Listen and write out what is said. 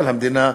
אבל המדינה,